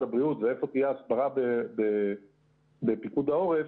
הבריאות ואיפה תהיה הסברה בפיקוד העורף,